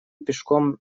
пешком